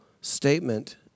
statement